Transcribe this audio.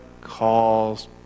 calls